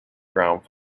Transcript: ground